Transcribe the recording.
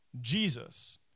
Jesus